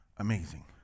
amazing